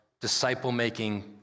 disciple-making